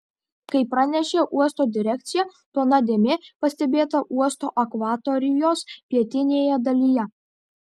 kaip pranešė uosto direkcija plona dėmė pastebėta uosto akvatorijos pietinėje dalyje